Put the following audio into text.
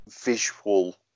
visual